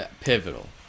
Pivotal